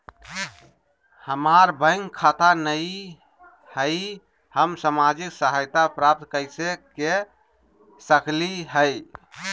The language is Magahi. हमार बैंक खाता नई हई, हम सामाजिक सहायता प्राप्त कैसे के सकली हई?